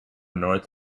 north